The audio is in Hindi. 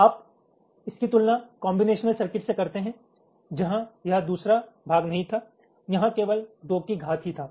आप इसकी तुलना कॉम्बिनेशनल सर्किट से करते हैं जहाँ यह दूसरा भाग नहीं था यहाँ केवल 2 की घात ही था